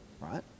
right